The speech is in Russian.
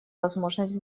возможность